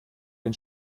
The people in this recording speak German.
den